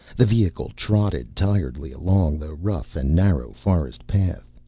the vehicle trotted tiredly along the rough and narrow forest path.